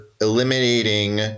eliminating